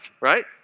right